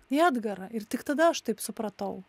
į edgarą ir tik tada aš taip supratau